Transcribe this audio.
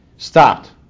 Stopped